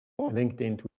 LinkedIn